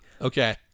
Okay